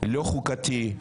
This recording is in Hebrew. לא חוקתי,